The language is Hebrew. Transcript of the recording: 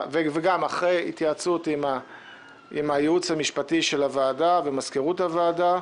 וגם אחרי התייעצות עם הייעוץ המשפטי של הוועדה ומזכירות הוועדה.